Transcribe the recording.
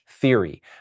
theory